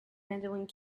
medaling